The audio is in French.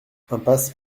impasse